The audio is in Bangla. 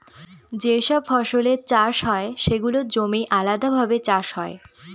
যে সব ফসলের চাষ হয় সেগুলোর জমি আলাদাভাবে চাষ হয়